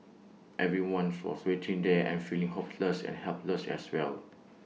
everyone for was waiting there and feeling hopeless and helpless as well